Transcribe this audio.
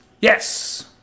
Yes